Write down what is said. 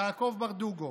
יעקב ברדוגו,